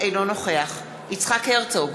אינו נוכח יצחק הרצוג,